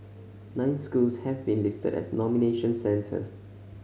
nine schools have been listed as nomination centres